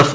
F